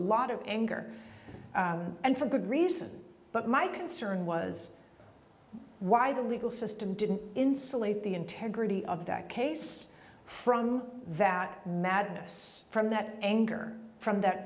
lot of anger and for good reason but my concern was why the legal system didn't insulate the integrity of that case from that madness from that anger from that